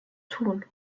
tun